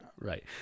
right